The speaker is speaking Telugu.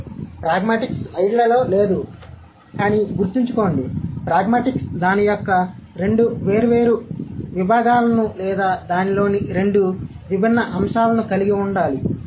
కాబట్టి ప్రాగ్మాటిక్స్ స్లయిడ్లలో లేదు కానీ గుర్తుంచుకోండి ప్రాగ్మాటిక్స్ దాని యొక్క రెండు వేర్వేరు విభాగం లో లేదా దానిలోని రెండు విభిన్న అంశాలను కలిగి ఉండాలి